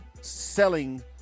selling